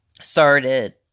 started